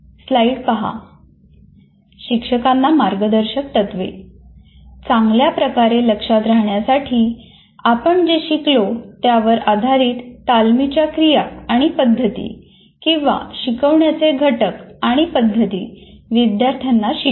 शिक्षकांना मार्गदर्शकतत्त्वे चांगल्या प्रकारे लक्षात राहण्यासाठी आपण जे शिकलो त्यावर आधारित तालमीच्या क्रिया आणि पद्धती किंवा शिकवण्याचे घटक आणि पद्धती विद्यार्थ्यांना शिकवा